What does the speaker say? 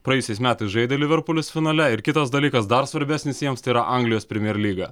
praėjusiais metais žaidė liverpulis finale ir kitas dalykas dar svarbesnis jiems tėra anglijos premjer lyga